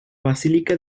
basílica